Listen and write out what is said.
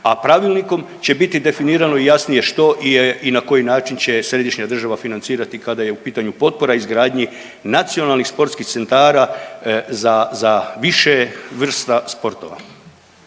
a pravilnikom će biti definirano jasnije što je i na koji način će središnja država financirati kada je u pitanju potpora izgradnji nacionalnih sportskih centara za više vrsta sportova.